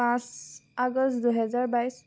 পাঁচ আগষ্ট দুহেজাৰ বাইছ